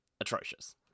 atrocious